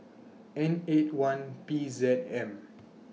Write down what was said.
N eight one P Z M